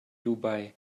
dubai